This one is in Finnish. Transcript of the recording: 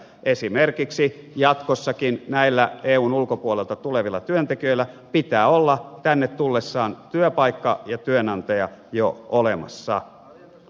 esimerkiksi jatkossakin näillä eun ulkopuolelta tulevilla työntekijöillä pitää olla tänne tullessaan työpaikka ja työnantaja jo olemassa